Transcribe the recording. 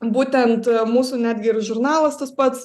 būtent mūsų netgi ir žurnalas tas pats